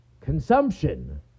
Consumption